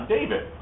David